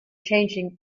changing